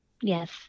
Yes